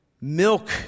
milk